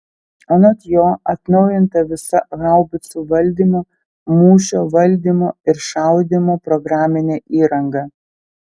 anot jo atnaujinta visa haubicų valdymo mūšio valdymo ir šaudymo programinė įranga